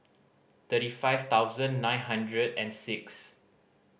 thirty five thousand nine hundred and six